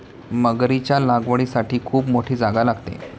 मगरीच्या लागवडीसाठी खूप मोठी जागा लागते